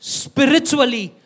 spiritually